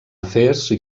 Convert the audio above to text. afers